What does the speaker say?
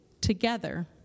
together